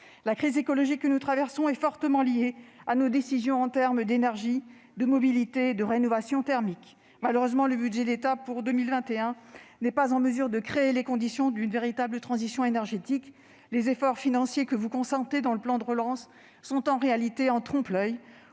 La crise écologique que nous traversons est fortement liée à nos décisions en termes d'énergie, de mobilité, de rénovation thermique. Malheureusement, le budget de l'État pour 2021 n'est pas en mesure de créer les conditions d'une véritable transition énergétique. Les efforts financiers auxquels vous consentez dans le plan de relance sont en réalité en trompe-l'oeil.